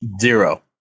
Zero